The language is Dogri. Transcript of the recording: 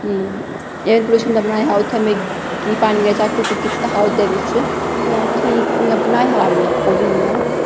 एयर पल्यूशन दा बनाया हा में कि पानी पूनी चैक्क कीता हा ओह्दै बिच्च ठीक बनाया हा ओह् बी में इयां